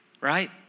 right